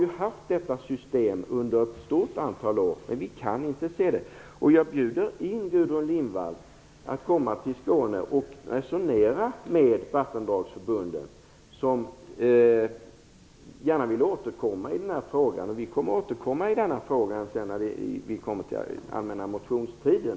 Vi har haft detta system under ett stort antal år, men vi kan inte se några belägg för att det har effekt. Jag bjuder Gudrun Lindvall att komma till Skåne och resonera med vattendragsförbunden, som gärna vill återkomma i frågan. Moderaterna återkommer för att föreslå åtgärder på området under allmänna motionstiden.